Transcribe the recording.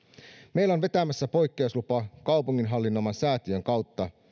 meillä on vetämässä poikkeuslupa kaupungin hallinnoiman säätiön kautta